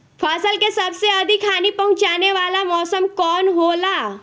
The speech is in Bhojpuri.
फसल के सबसे अधिक हानि पहुंचाने वाला मौसम कौन हो ला?